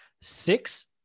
six